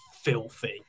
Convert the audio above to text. filthy